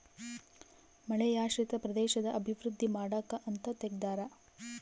ಮಳೆಯಾಶ್ರಿತ ಪ್ರದೇಶದ ಅಭಿವೃದ್ಧಿ ಮಾಡಕ ಅಂತ ತೆಗ್ದಾರ